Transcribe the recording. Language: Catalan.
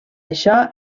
això